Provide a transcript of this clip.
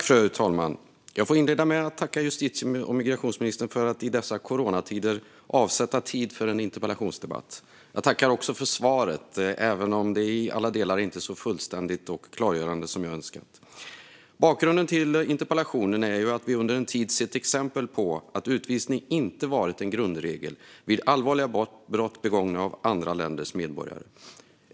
Fru talman! Jag får inleda med att tacka justitie och migrationsminister Morgan Johansson för att han avsätter tid för en interpellationsdebatt i dessa coronatider. Jag tackar också för svaret, även om det inte i alla delar var så fullständigt och klargörande som jag hade önskat. Bakgrunden till interpellationen är att vi under en tid har sett exempel på att utvisning inte varit en grundregel vid allvarliga brott begångna av andra länders medborgare.